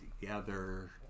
together